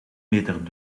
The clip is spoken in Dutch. meter